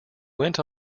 went